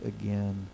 again